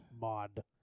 mod